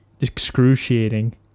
excruciating